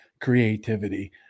creativity